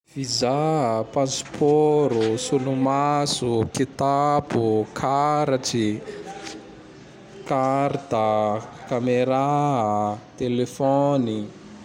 Vizà a, Pasipôro, Solomaso, Kitapo, Karatry, Karta a, Kamerà a, Telefôny.